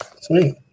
Sweet